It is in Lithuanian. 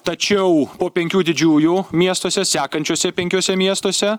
tačiau po penkių didžiųjų miestuose sekančiuose penkiuose miestuose